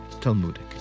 Talmudic